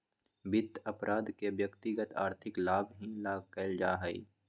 वित्त अपराध के व्यक्तिगत आर्थिक लाभ ही ला कइल जा हई